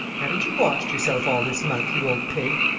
haven't you washed yourself all this month, you old pig?